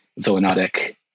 zoonotic